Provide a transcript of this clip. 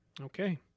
Okay